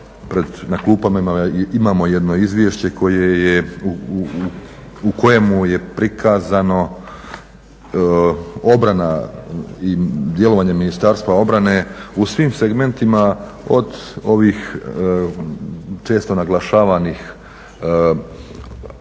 I imamo jedno izvješće na klupama u kojemu je prikazano obrana i djelovanje Ministarstva obrane u svim segmentima od često naglašavanih